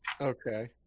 Okay